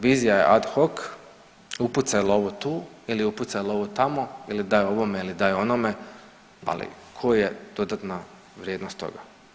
Vizija je ad hoc, upucaj lovu tu ili upucaj lovu tamo ili daj ovome ili daj onome, ali ko je dodatna vrijednost toga?